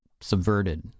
subverted